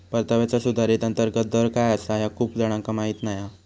परताव्याचा सुधारित अंतर्गत दर काय आसा ह्या खूप जणांका माहीत नाय हा